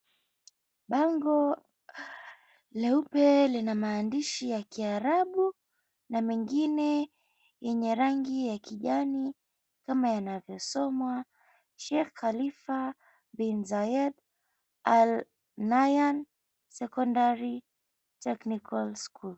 Bango leupe lina maandishi ya Kiarabu na mengine yenye rangi ya kijani kama yanavyosomwa Sheikh Khalifa Bin Zayed Alnayan Secondary Technical School.